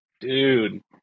dude